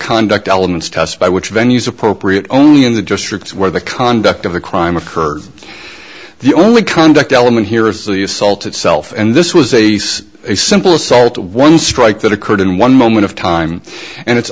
conduct elements test by which venue is appropriate only in the districts where the conduct of the crime occurred the only conduct element here is the assault itself and this was a simple assault one strike that occurred in one moment of time and it's